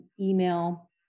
email